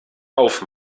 auf